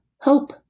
hope